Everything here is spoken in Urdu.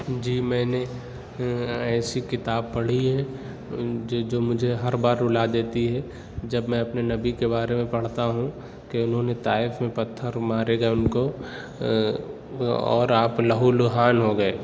جی میں نے ایسی کتاب پڑھی ہے جو جو مجھے ہر بار رُلا دیتی ہے جب میں اپنے نبی کے بارے میں پڑھتا ہوں کہ اُنہوں نے طائف میں پتھر مارے گیے اُن کو اور آپ لہولہان ہوگیے